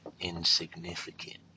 insignificant